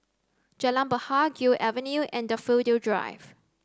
Jalan Bahar Gul Avenue and Daffodil Drive